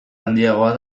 handiagoa